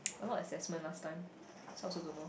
a lot of assessment last time so I also don't know